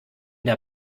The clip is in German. der